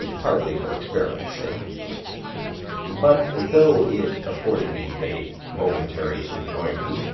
ah partly for experiment's sake but though it afforded me a momentary enjoyment,